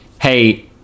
hey